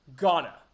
Ghana